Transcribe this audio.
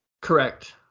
Correct